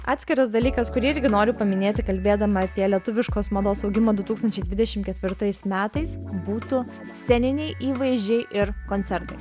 atskiras dalykas kurį irgi noriu paminėti kalbėdama apie lietuviškos mados augimą du tūkstančiai dvidešim ketvirtais metais būtų sceniniai įvaizdžiai ir koncertai